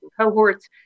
cohorts